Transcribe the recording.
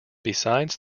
besides